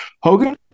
Hogan